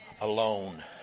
alone